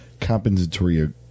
compensatory